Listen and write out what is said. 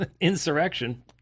insurrection